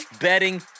Betting